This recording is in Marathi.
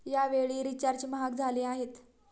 यावेळी रिचार्ज महाग झाले आहेत